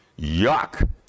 Yuck